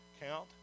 count